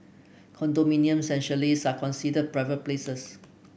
condominiums and chalets are considered private places